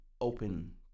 open